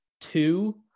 two